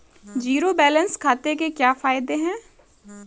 Zero balance खाते के क्या फायदे हैं?